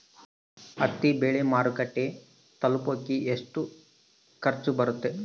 ಹತ್ತಿ ಬೆಳೆ ಮಾರುಕಟ್ಟೆಗೆ ತಲುಪಕೆ ಎಷ್ಟು ಖರ್ಚು ಬರುತ್ತೆ?